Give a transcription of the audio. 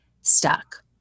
stuck